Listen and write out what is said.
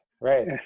right